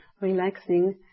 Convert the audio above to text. relaxing